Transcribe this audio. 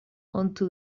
onto